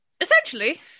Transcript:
Essentially